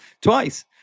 twice